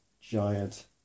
giant